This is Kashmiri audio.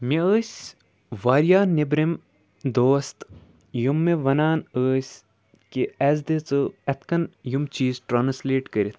مےٚ ٲسۍ واریاہ نٮ۪برِم دوست یِم مےٚ وَنان ٲسۍ کہِ اَسہِ دِ ژٕ یِتھ کَن یِم چیٖز ٹرٛانَسلیٹ کٔرِتھ